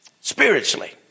Spiritually